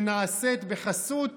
שנעשית בחסות